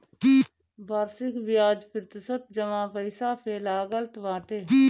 वार्षिक बियाज प्रतिशत जमा पईसा पे लागत बाटे